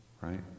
right